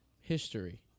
history